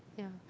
ya